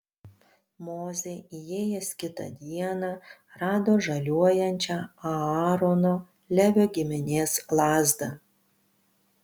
mozė įėjęs kitą dieną rado žaliuojančią aarono levio giminės lazdą